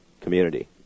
community